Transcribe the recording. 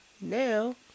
Now